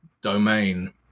domain